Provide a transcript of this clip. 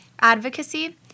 advocacy